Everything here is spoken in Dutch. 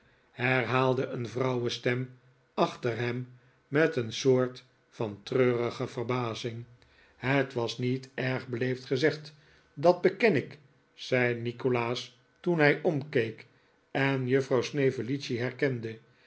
herhaalde een vrouwenstem achter hem met een soort van treurige verbazing het was niet erg beleefd gezegd dat beken ik zei nikolaas toen hij omkeek en juffrouw snevellicci herkende